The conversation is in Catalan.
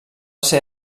ser